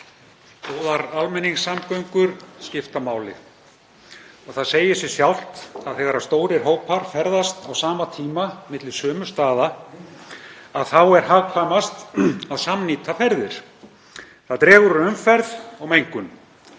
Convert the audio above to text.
Góðar almenningssamgöngur skipta máli og það segir sig sjálft að þegar stórir hópar ferðast á sama tíma milli sömu staða þá er hagkvæmast að samnýta ferðir. Það dregur úr umferð og mengun.